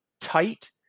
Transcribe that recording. tight